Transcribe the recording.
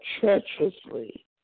treacherously